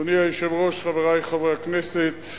אדוני היושב-ראש, חברי חברי הכנסת,